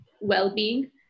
well-being